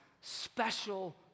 special